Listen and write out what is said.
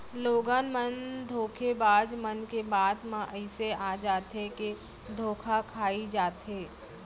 लोगन मन धोखेबाज मन के बात म अइसे आ जाथे के धोखा खाई जाथे